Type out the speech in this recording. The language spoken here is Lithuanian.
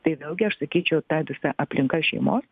tai vėlgi aš sakyčiau ta visa aplinka šeimos